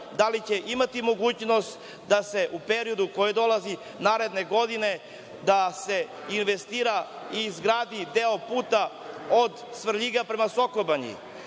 da li će biti mogućnosti da se u periodu koji dolazi naredne godine investira i izgradi deo puta od Svrljiga prema Sokobanji?